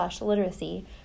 literacy